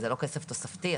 זה לא כסף תוספתי,